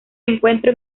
encuentro